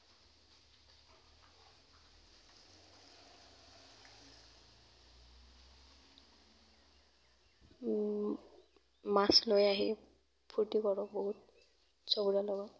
মাছ লৈ আহি ফুৰ্তি কৰোঁ বহুত চবৰে লগত